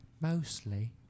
Mostly